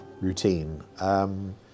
routine